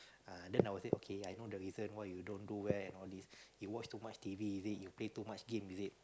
(uh)then I will say okay I know the reason why you don't do well and all this you watch too much T_V is it you play too much game is it